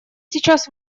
сейчас